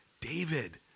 David